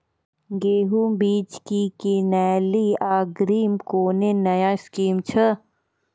गेहूँ बीज की किनैली अग्रिम कोनो नया स्कीम छ?